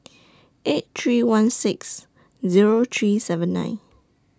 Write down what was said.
eight three one six Zero three seven nine